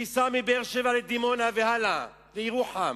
תיסע מבאר-שבע לדימונה והלאה, לירוחם.